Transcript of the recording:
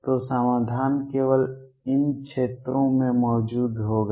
तो समाधान केवल इन क्षेत्रों में मौजूद होगा